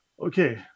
Okay